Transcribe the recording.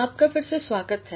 आपका फिर से स्वागत है